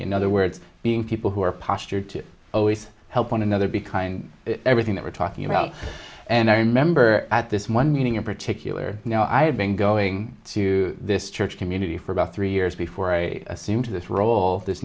in other words being people who are postured to always help one another be kind of everything that we're talking about and i remember at this one meeting in particular you know i have been going to this church community for about three years before i assume to this role this